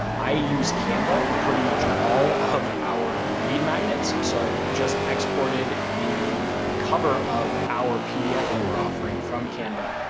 i use canva for pretty much all of our lead magnets. so i've just exported the cover of our pdf that we're offering from canva.